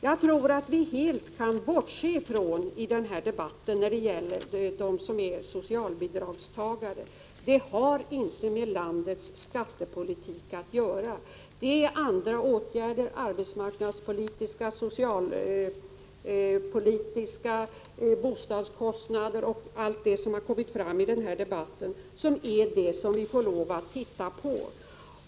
Jag tror att vi i denna debatt helt kan bortse från dem som är socialbidragstagare. Dessa frågor har inte med landets skattepolitik att göra. Det är andra åtgärder — arbetsmarknadspolitiska och socialpolitiska åtgärder samt sådant som gäller bostadskostnader o. d. som kommit fram under den här debatten — som vi får lov att se på.